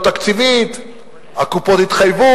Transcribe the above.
בלי גלעד לא הייתי מגיע לעמוד פה היום.